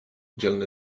dzielny